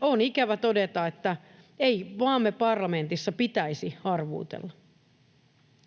on ikävä todeta, että ei maamme parlamentissa pitäisi arvuutella.